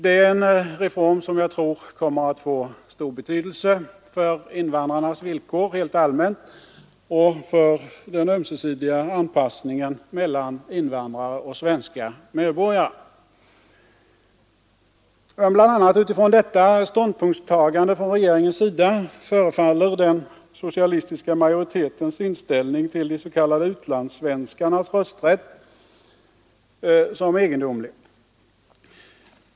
Det är en reform som jag tror kan komma att få stor betydelse för invandrarnas villkor helt allmänt och för den ömsesidiga anpassningen mellan invandrare och svenska medborgare. Bl. a. utifrån detta ståndpunktstagande från regeringens sida förefaller den socialistiska majoritetens inställning till de s.k. utlandssvenskarnas rösträtt som egendomlig.